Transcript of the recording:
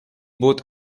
both